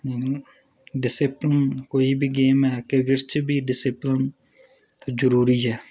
discipline कोई बी game ऐ क्रिकेट च बी डिसिप्लिन जरूरी ऐ